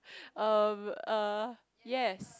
um err yes